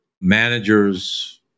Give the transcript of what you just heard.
Managers